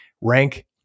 rank